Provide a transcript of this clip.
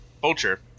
Vulture